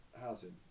housing